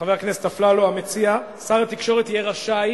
חבר הכנסת אפללו, המציע, שר התקשורת יהיה רשאי